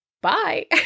bye